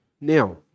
Now